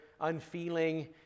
unfeeling